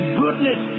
goodness